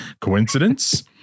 coincidence